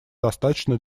достаточно